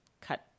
cut –